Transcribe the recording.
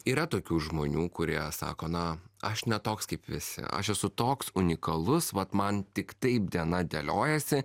yra tokių žmonių kurie sako na aš ne toks kaip visi aš esu toks unikalus vat man tik taip diena dėliojasi